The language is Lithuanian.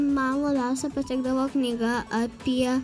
man labiausiai patikdavo knyga apie